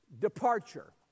departure